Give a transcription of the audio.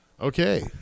Okay